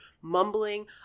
mumbling